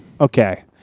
Okay